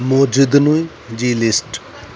मौजूदनुई जी लिस्ट